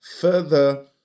further